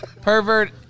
Pervert